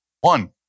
one